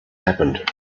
happened